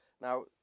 Now